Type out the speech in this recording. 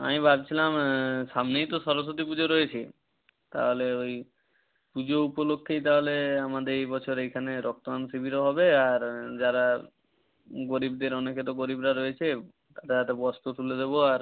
আমি ভাবছিলাম সামনেই তো সরস্বতী পুজো রয়েছে তাহলে ওই পুজো উপলক্ষেই তাহলে আমাদের এই বছর এইখানে রক্তদান শিবিরও হবে আর যারা গরিবদের অনেকে তো গরিবরা রয়েছে তাদের হাতে বস্ত্র তুলে দেব আর